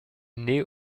naît